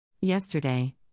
Yesterday